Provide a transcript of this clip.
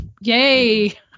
Yay